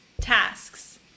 tasks